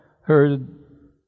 heard